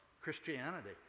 Christianity